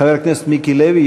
חבר הכנסת מיקי רוזנטל?